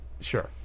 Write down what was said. Sure